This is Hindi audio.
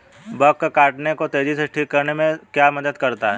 बग के काटने को तेजी से ठीक करने में क्या मदद करता है?